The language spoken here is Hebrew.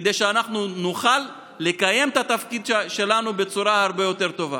כדי שאנחנו נוכל לקיים את התפקיד שלנו בצורה הרבה יותר טובה.